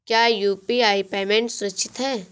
क्या UPI payment सुरक्षित है?